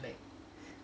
ya that's why